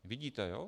Vidíte, ano?